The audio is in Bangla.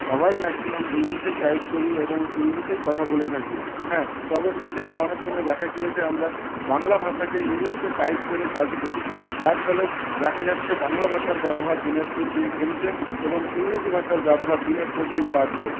সবাই ম্যাক্সিমাম ইংলিশেই টাইপ করি এবং ইংলিশেই কথা বলে থাকি হ্যাঁ তবে সেক্ষেত্রে অনেক সময় দেখা গিয়েছে আমরা বাংলা ভাষাকে ইংরেজিতে টাইপ করে কাজ করি যার ফলে দেখা যাচ্ছে বাংলা ভাষার ব্যবহার দিনের পর দিন কমছে এবং ইংরেজি ভাষার ব্যবহার দিনের পর দিন বাড়ছে